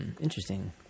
Interesting